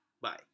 Bye